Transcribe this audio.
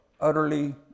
utterly